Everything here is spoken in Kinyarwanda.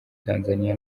tanzania